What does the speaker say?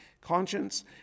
conscience